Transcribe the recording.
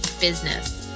business